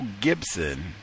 Gibson